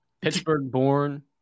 Pittsburgh-born